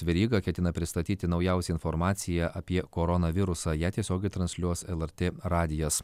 veryga ketina pristatyti naujausią informaciją apie koronavirusą ją tiesiogiai transliuos lrt radijas